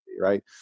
right